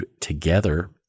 together